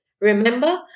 Remember